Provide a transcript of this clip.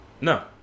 no